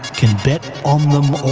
can bet on them all!